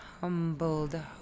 humbled